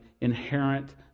inherent